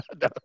No